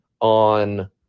on